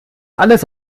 alles